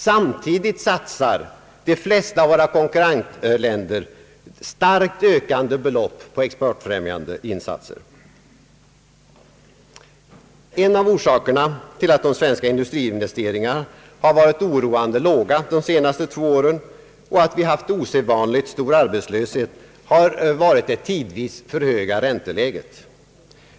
Samtidigt satsar de flesta av våra konkurrensländer starkt ökan En av orsakerna till att de svenska industriinvesteringarna har varit oroande låga de senaste två åren och att vi haft osedvanligt stor arbetslöshet har varit det tidvis för höga ränteläget.